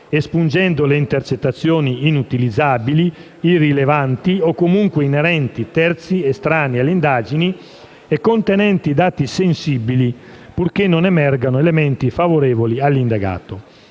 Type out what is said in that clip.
espungendo le intercettazioni *in itinere* inutilizzabili, irrilevanti o comunque inerenti a terzi estranei alle indagini e contenenti dati sensibili, purché non emergano elementi favorevoli all'indagato.